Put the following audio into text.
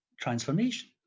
transformation